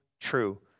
true